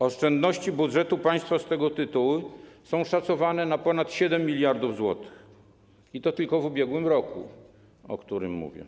Oszczędności budżetu państwa z tego tytułu są szacowane na ponad 7 mld zł, i to tylko w ubiegłym roku, o którym mówię.